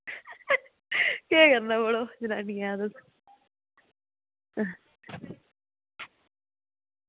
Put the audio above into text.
केह् करना मड़ो जनानियें दा बी